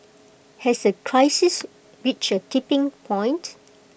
has the crisis reached A tipping point